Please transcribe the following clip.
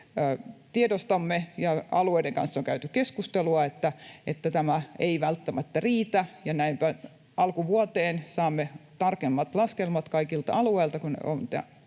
Tiedostamme, ja alueiden kanssa on käyty keskustelua, että tämä ei välttämättä riitä, ja näinpä alkuvuoteen saamme tarkemmat laskelmat kaikilta alueilta,